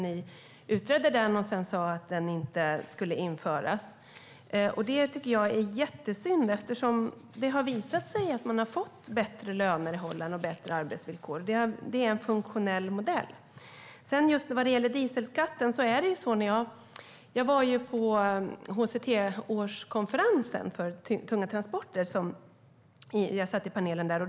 Ni utredde den och sa sedan att den inte skulle införas. Det tycker jag är jättesynd. Det har visat sig att man har fått bättre löner och bättre arbetsvillkor i Holland. Det är en funktionell modell. Vad gäller dieselskatten var jag på årskonferensen för HCT, tunga transporter, och satt i panelen där.